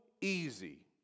easy